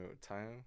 time